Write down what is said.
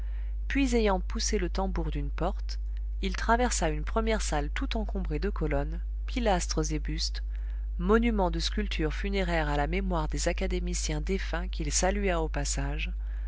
puis ayant poussé le tambour d'une porte il traversa une première salle tout encombrée de colonnes pilastres et bustes monuments de sculpture funéraire à la mémoire des académiciens défunts qu'il salua au passage